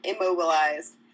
immobilized